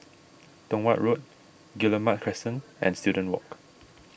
Tong Watt Road Guillemard Crescent and Student Walk